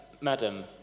Madam